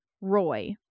roy